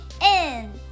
end